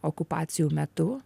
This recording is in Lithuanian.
okupacijų metu